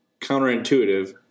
counterintuitive